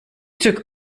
took